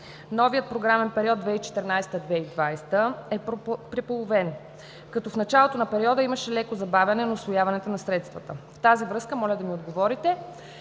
Новият програмен период 2014 – 2020 е преполовен, като в началото на периода имаше леко забавяне на усвояването на средствата. В тази връзка, моля да ми отговорите